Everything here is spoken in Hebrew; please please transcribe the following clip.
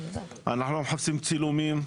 אנחנו לא מחפשים צילומים.